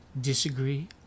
disagree